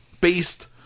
based